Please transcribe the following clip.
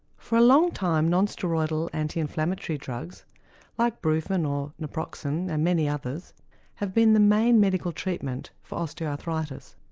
for a long time non-steroidal anti-inflammatory drugs like brufen or naproxen and many others have been the main medical treatment for osteoarthritis.